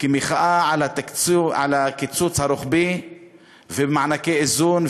כמחאה על הקיצוץ הרוחבי ובמענקי איזון.